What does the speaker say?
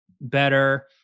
better